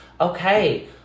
okay